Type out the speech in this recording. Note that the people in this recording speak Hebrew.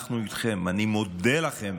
אני מודה לכם